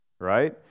Right